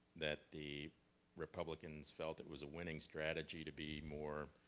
that the republicans felt it was a winning strategy to be more